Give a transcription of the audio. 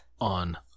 on